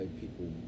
people